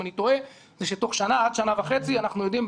אם אני טועה היא שתוך שנה עד שנה וחצי אנחנו יודעים,